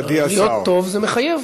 להיות טוב זה מחייב.